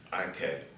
Okay